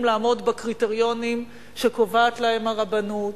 לעמוד בקריטריונים שקובעת להם הרבנות,